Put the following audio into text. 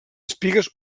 espigues